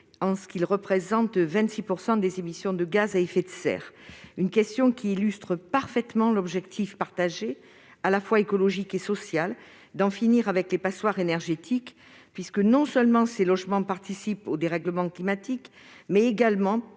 puisqu'il représente 26 % des émissions de gaz à effet de serre. Voilà qui explique parfaitement l'objectif, partagé, à la fois écologique et social d'en finir avec les passoires énergétiques : non seulement ces logements participent au dérèglement climatique, mais leurs